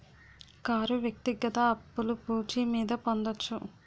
car వ్యక్తిగత అప్పులు పూచి మీద పొందొచ్చు